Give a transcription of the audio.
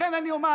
לכן אני אומר: